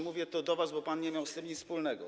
Mówię to do was, bo pan nie miał z tym nic wspólnego.